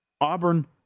Auburn